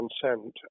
consent